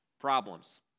problems